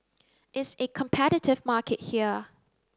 it's a competitive market here